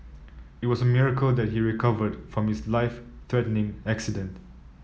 it was a miracle that he recovered from his life threatening accident